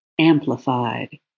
Amplified